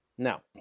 Now